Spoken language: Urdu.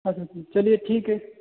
چلیے ٹھیک ہے